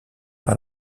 par